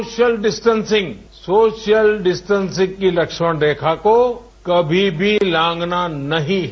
social distancing social distancing की लक्ष्मण रेखा को कभी भी लांघना नहीं है